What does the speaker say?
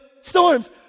storms